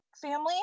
family